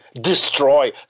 destroy